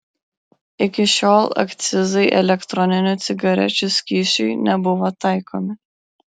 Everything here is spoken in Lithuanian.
iki šiol akcizai elektroninių cigarečių skysčiui nebuvo taikomi